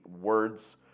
words